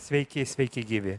sveiki sveiki gyvi